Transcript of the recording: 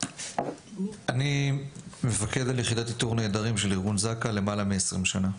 אני מפקד על יחידת איתור הנעדרים של ארגון זק"א למעלה מעשרים שנה.